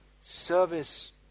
service